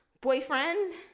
boyfriend